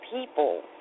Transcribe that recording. people